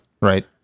Right